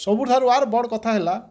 ସବୁଠାରୁ ଆର୍ ବଡ଼୍ କଥା ହେଲା